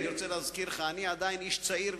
אני רוצה להזכיר לך: אני עדיין איש צעיר,